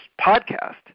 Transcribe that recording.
podcast